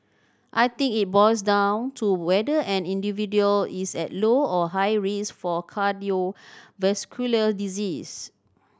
I think it boils down to whether an individual is at low or high risk for cardiovascular disease